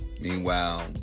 meanwhile